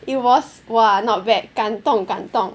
it was !wah! not bad 感动感动